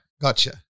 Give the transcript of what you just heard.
gotcha